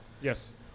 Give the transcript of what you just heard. Yes